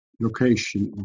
location